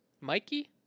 Mikey